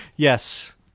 Yes